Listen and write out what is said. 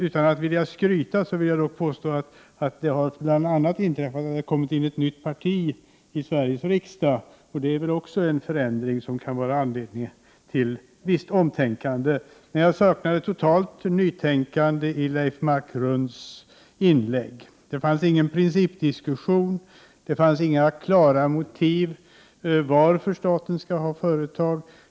Utan att vilja skryta vill jag t.ex. peka på att det har kommit in ett nytt parti i Sveriges riksdag. Det är väl en förändring som kan ge anledning till visst omtänkande. Jag saknade dock totalt ett nytänkande i Leif Marklunds inlägg. Där fanns ingen principdiskussion och angavs inga klara motiv till att staten skall ha företag.